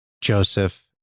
Joseph